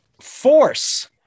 force